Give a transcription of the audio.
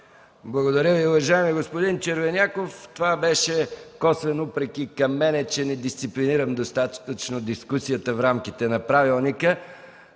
Благодаря Ви, уважаеми господин Червеняков. Това беше косвен упрек и към мен, че не дисциплинирам достатъчно дискусията в рамките на правилника,